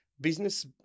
business